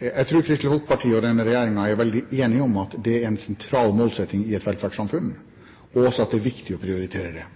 Jeg tror Kristelig Folkeparti og denne regjeringen er veldig enige om at det er en sentral målsetting i et velferdssamfunn, og også at det er viktig å prioritere det.